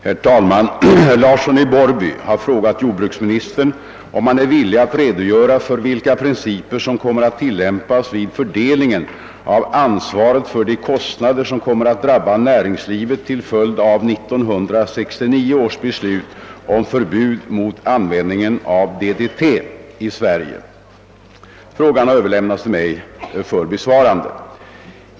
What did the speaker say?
Herr talman! Herr Larsson i Borrby har frågat jordbruksministern om han är villig att redogöra för vilka principer som kommer att tillämpas vid fördelningen av ansvaret för de kostnader som kommer att drabba näringslivet till följd av 1969 års beslut om förbud mot användningen av DDT i Sverige. Frågan har överlämnats till mig för besvarande.